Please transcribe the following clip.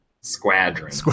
squadron